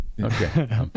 Okay